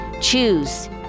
Choose